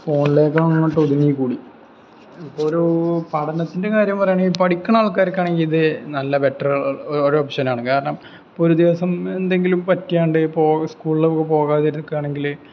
ഫോണിലേക്കങ്ങോട്ട് ഒതുങ്ങി കൂടി ഇപ്പം ഒരു പഠനത്തിൻ്റെ കാര്യം പറയുകയാണെങ്കിൽ പഠിക്കുന്ന ആൾക്കാർക്കാണെങ്കിൽ ഇത് നല്ല ബെറ്ററ് ഒരൊ ഒരൊ ഓപ്ഷനാണ് കാരണം ഇപ്പൊരു ദിവസം എന്തെങ്കിലും പറ്റിയത് കൊണ്ട് പോ സ്കൂളില് പോകാതിരിക്കുവാണെങ്കില്